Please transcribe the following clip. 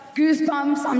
goosebumps